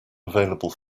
available